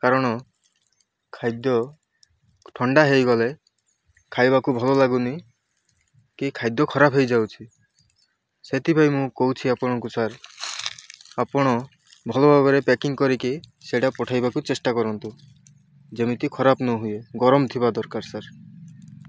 କାରଣ ଖାଦ୍ୟ ଥଣ୍ଡା ହେଇଗଲେ ଖାଇବାକୁ ଭଲ ଲାଗୁନି କି ଖାଦ୍ୟ ଖରାପ୍ ହେଇଯାଉଛି ସେଥିପାଇଁ ମୁଁ କହୁଛି ଆପଣଙ୍କୁ ସାର୍ ଆପଣ ଭଲ ଭାବରେ ପ୍ୟାକିଂ କରିକି ସେଇଟା ପଠାଇବାକୁ ଚେଷ୍ଟା କରନ୍ତୁ ଯେମିତି ଖରାପ୍ ନହୁୁଏ ଗରମ ଥିବା ଦରକାର ସାର୍